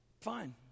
Fine